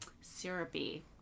syrupy